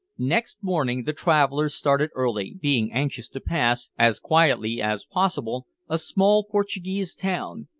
next morning the travellers started early, being anxious to pass, as quietly as possible, a small portuguese town,